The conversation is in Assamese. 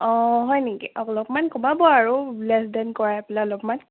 অ' হয় নেকি অলপমান কমাব আৰু লেছ ডেন কৰাই পেলাই অলপমান